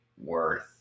Worth